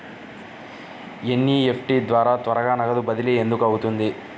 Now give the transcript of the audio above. NEFT ద్వారా త్వరగా నగదు బదిలీ ఎందుకు అవుతుంది?